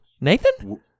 Nathan